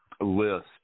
list